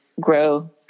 grow